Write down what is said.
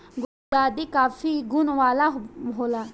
गुलदाउदी काफी गुण वाला होला